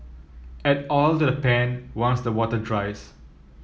add oil to the pan once the water dries